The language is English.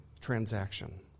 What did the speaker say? transaction